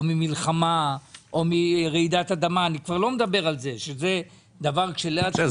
ממלחמה או מרעידת אדמה זה דבר --- בסדר,